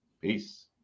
Peace